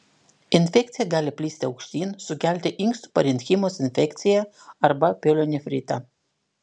infekcija gali plisti aukštyn sukelti inkstų parenchimos infekciją arba pielonefritą